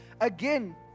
Again